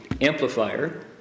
amplifier